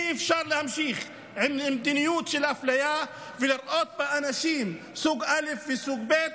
אי-אפשר להמשיך עם מדיניות של אפליה ולראות באנשים סוג א' וסוג ב'.